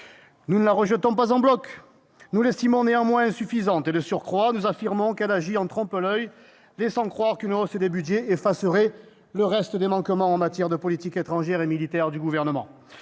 nous ne le rejetons pas en bloc, nous l'estimons néanmoins insuffisant. De surcroît, nous affirmons qu'il agit en trompe-l'oeil, laissant croire qu'une hausse des budgets effacerait le reste des manquements en matière de politique étrangère et militaire du Gouvernement.